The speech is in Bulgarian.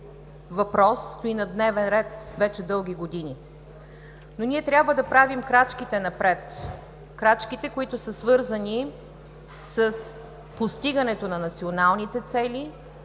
въпрос стои на дневен ред вече дълги години. Но ние трябва да правим крачките напред – крачките, свързани с постигането на националните цели;